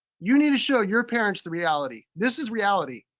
you need to show your parents the reality. this is reality.